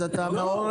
אז אתה מעורר,